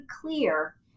clear